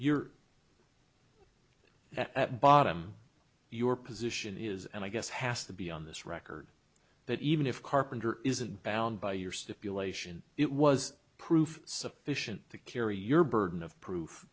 at bottom your position is and i guess has to be on this record that even if carpenter isn't bound by your stipulation it was proof sufficient to carry your burden of proof